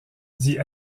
dit